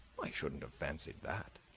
i shouldn't have fancied that.